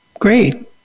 Great